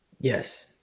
Yes